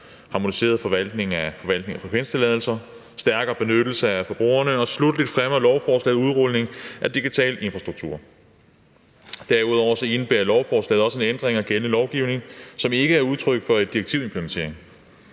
harmoniseret forvaltning af frekvenstilladelser og stærkere beskyttelse af forbrugerne. Og sluttelig fremmer lovforslaget udrulning af digital infrastruktur. Derudover indebærer lovforslaget også en ændring af gældende lovgivning, som ikke er udtryk for en direktivimplementering.